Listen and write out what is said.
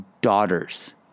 daughters